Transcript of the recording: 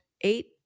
eight